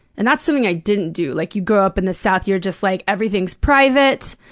and that's something i didn't do. like, you grow up in the south, you're just like, everything's private,